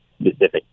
specific